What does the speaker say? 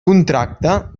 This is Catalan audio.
contracte